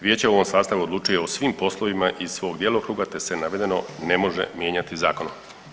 Vijeće u ovom sastavu odlučuje o svim poslovima iz svog djelokruga te se navedeno ne može mijenjati Zakonom.